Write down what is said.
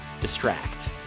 DISTRACT